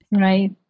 Right